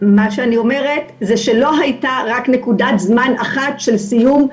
מה שאני אומרת זה שלא הייתה רק נקודת זמן אחת של סיום.